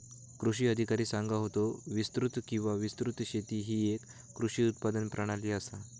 कृषी अधिकारी सांगा होतो, विस्तृत कृषी किंवा विस्तृत शेती ही येक कृषी उत्पादन प्रणाली आसा